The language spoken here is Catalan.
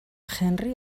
henry